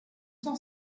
cent